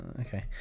okay